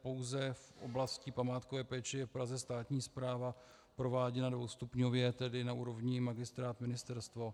Pouze v oblasti památkové péče je v Praze státní správa prováděna dvoustupňově, tedy na úrovni magistrát ministerstvo.